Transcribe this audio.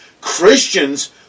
Christians